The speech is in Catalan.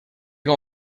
com